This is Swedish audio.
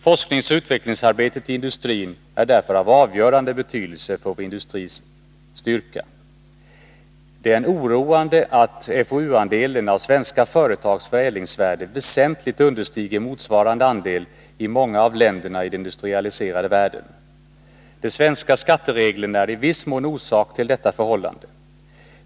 Forskningsoch utvecklingsarbetet i industrin är därför av avgörande betydelse för vår industriella styrka. Det är oroande att FoU-andelen av svenska företags förädlingsvärde väsentligt understiger motsvarande andel i många av länderna i den industrialiserade världen. De svenska skattereglerna är i viss mån orsak till detta förhållande.